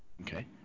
Okay